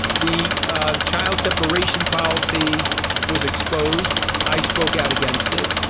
the child separation policy was exposed. i spoke out against it.